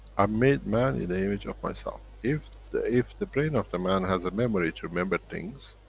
i made man in the image of myself. if the if the brain of the man has a memory to remember things,